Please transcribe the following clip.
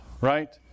right